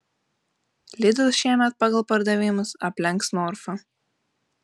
lidl šiemet pagal pardavimus aplenks norfą